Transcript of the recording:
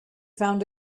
found